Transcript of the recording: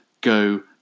go